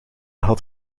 had